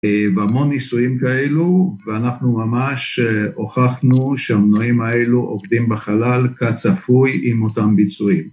והמון ניסויים כאלו ואנחנו ממש הוכחנו שהמנועים האלו עובדים בחלל כצפוי עם אותם ביצועים